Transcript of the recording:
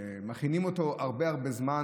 שמכינים אותו הרבה הרבה זמן.